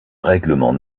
règlement